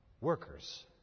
Workers